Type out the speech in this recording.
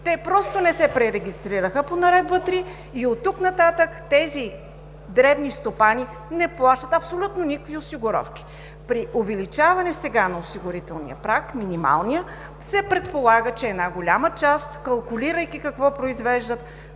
Те просто не се пререгистрираха по Наредба № 3 и оттук нататък тези дребни стопани не плащат абсолютно никакви осигуровки. При увеличаване на минималния осигурителен праг сега се предполага, че една голяма част – калкулирайки какво произвеждат,